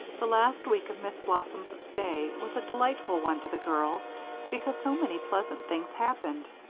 the last week of miss blossom's stay was a delightful one to the girls because so many pleasant things happened.